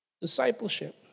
Discipleship